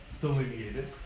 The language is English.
delineated